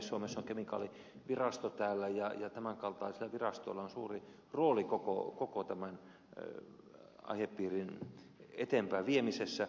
suomessa on kemikaalivirasto ja tämän kaltaisilla virastoilla on suuri rooli koko tämän aihepiirin eteenpäinviemisessä